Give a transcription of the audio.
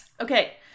Okay